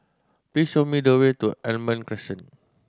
please show me the way to Almond Crescent